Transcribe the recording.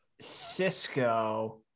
Cisco